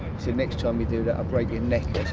said, next time you do that, i'll break your neck